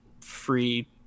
free